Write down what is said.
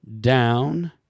down